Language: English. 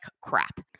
crap